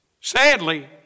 sadly